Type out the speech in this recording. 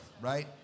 right